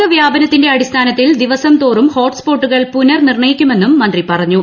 രോഗ വ്യാപനത്തിന്റെ അടിസ്ഥാനത്തിൽ ദിവസംതോളും ഹോട്ട്സ്പോട്ടുകൾ പുനർനിർണയിക്കുമെന്നും മൂന്തി ഫ്റഞ്ഞു